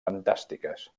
fantàstiques